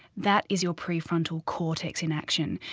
that is your prefrontal cortex in action.